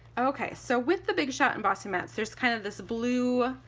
okay so with the big shot embossing mats there's kind of this blue,